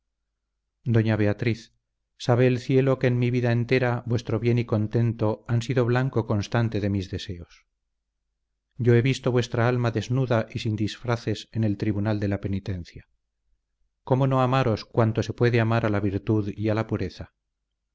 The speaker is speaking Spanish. doña beatriz sabe el cielo que en mi vida entera vuestro bien y contento han sido blanco constante de mis deseos yo he visto vuestra alma desnuda y sin disfraces en el tribunal de la penitencia cómo no amaros cuanto se puede amar a la virtud y a la pureza